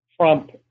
Trump